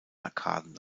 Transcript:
arkaden